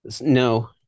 no